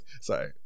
Sorry